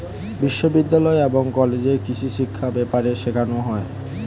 বিশ্ববিদ্যালয় এবং কলেজে কৃষিশিক্ষা ব্যাপারে শেখানো হয়